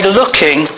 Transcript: looking